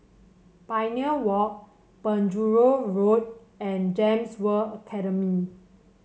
Pioneer Walk Penjuru Road and Gems World Academy